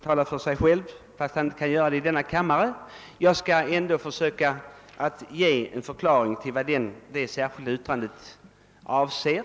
tala för sig själv, även om han inte kan göra det i denna kammare, men jag skall försöka ge en förklaring till vad det särskilda yttrandet avser.